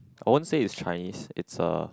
I wouldn't say is Chinese is a